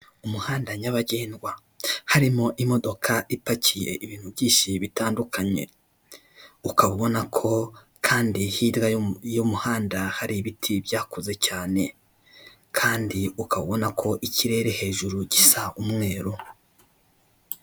Umuhanda nyabagendwa harimo imodoka ipakiye ibintu byinshi bitandukanye, ukaba ubona ko kandi hirya y'umuhanda hari ibiti byakuze cyane kandi ukabona ko ikirere hejuru gisa umweru.